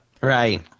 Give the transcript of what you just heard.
right